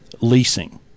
leasing